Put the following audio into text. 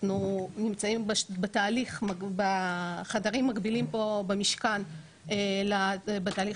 אנחנו נמצאים בחדרים מקבילים פה במשכן בתהליך